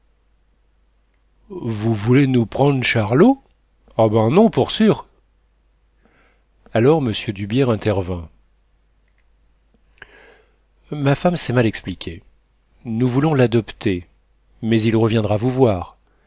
vous voulez nous prend'e charlot ah ben non pour sûr alors m d'hubières intervint ma femme s'est mal expliquée nous voulons l'adopter mais il reviendra vous voir